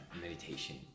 meditation